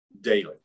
daily